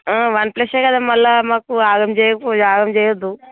వన్ప్లసే కదా మళ్ళీ మాకు ఆగడం చెయ్యకు ఆగడం చెయ్యొద్దు